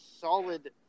solid